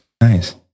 Nice